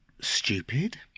stupid